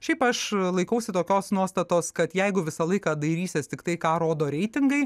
šiaip aš laikausi tokios nuostatos kad jeigu visą laiką dairysies tiktai ką rodo reitingai